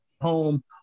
home